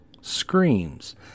screams